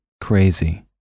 Crazy